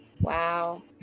Wow